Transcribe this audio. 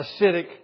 acidic